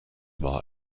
war